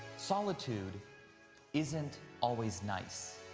solitude isn't always nice.